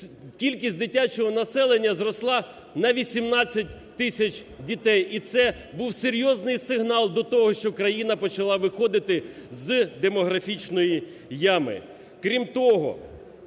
Кількість дитячого населення зросла на 18 тисяч дітей. І це був серйозний сигнал до того, що країна почала виходити з демографічної ями.